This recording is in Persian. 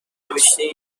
نوشتی